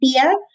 fear